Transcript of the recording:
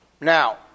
Now